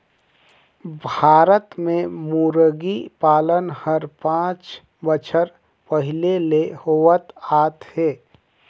भारत में मुरगी पालन हर पांच बच्छर पहिले ले होवत आत हे